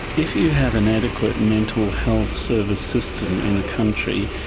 if you have an adequate and mental health service system in a country,